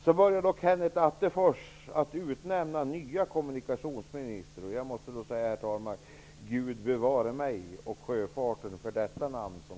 Så började Kenneth Attefors att utnämna nya kommunikationsministrar. Herr talman! Gud bevare mig och sjöfarten för det namn som